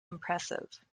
impressive